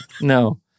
No